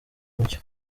umucyo